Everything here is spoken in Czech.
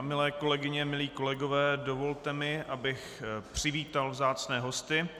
Milé kolegyně, milí kolegové, dovolte mi, abych přivítal vzácné hosty.